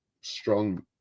strong